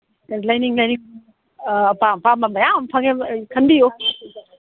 ꯑꯄꯥꯝ ꯑꯄꯥꯝꯕ ꯃꯌꯥꯝ ꯐꯪꯉꯦꯕ ꯈꯟꯕꯤꯌꯨ